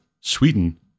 Sweden